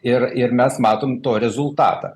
ir ir mes matom to rezultatą